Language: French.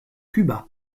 cuba